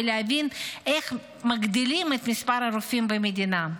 ולהבין איך מגדילים את מספר הרופאים במדינה.